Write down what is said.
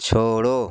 छोड़ो